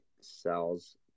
sells